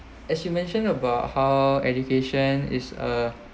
as you mentioned about how education is a